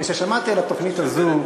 כששמעתי על התוכנית הזו,